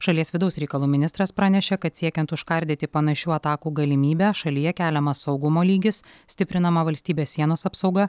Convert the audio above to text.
šalies vidaus reikalų ministras pranešė kad siekiant užkardyti panašių atakų galimybę šalyje keliamas saugumo lygis stiprinama valstybės sienos apsauga